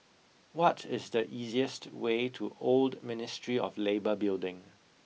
what is the easiest way to Old Ministry of Labour Building